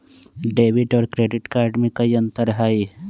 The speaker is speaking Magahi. डेबिट और क्रेडिट कार्ड में कई अंतर हई?